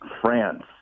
France